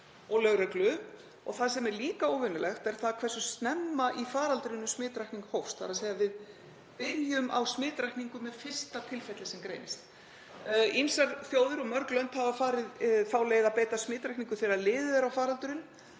og lögreglu. Það sem er líka óvenjulegt er hversu snemma í faraldrinum smitrakning hófst, en við byrjuðum á smitrakningu með fyrsta tilfelli sem greindist. Ýmsar þjóðir og mörg lönd hafa farið þá leið að beita smitrakningu þegar liðið var á faraldurinn